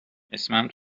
اسمم